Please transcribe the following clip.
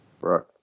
Right